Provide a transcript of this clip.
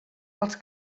els